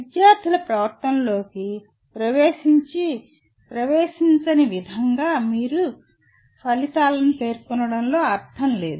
విద్యార్థుల ప్రవర్తనలోకి ప్రవేశించని విధంగా మీ ఫలితాలను పేర్కొనడంలో అర్థం లేదు